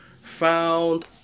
Found